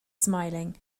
smiling